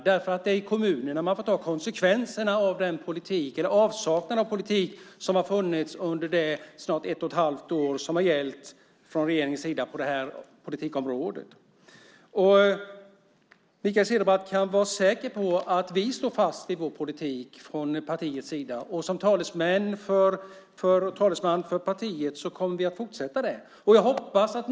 Det är i kommunerna man får ta konsekvenserna av den avsaknad av politik som har funnits under snart ett och ett halvt år från regeringens sida på det här politikområdet. Mikael Cederbratt kan vara säker på att vårt parti står fast vid vår politik. Som talesman för partiet kommer jag att fortsätta med det.